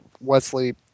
wesley